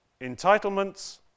Entitlements